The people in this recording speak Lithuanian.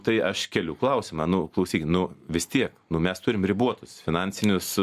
tai aš keliu klausimą nu klausykit nu vis tiek nu mes turim ribotus finansinius